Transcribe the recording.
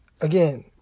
Again